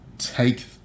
take